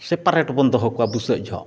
ᱥᱮᱯᱟᱨᱮᱴᱵᱚᱱ ᱫᱚᱦᱚ ᱠᱚᱣᱟ ᱵᱩᱥᱟᱹᱜ ᱡᱚᱦᱚᱜ